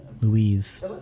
Louise